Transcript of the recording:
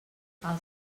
els